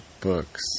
books